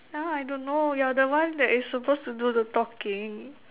now I don't know you are the one that is supposed to do the talking